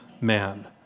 man